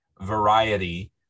variety